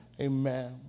amen